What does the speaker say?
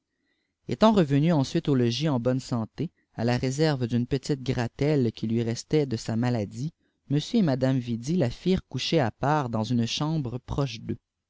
etant revenue ensuite au logis n bonne santé à la réserve duiie pite gratie qui lui restait de sa maladie m et mi me yidi la ffirent eouèlp i att dans une cambre proche d'eux